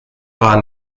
war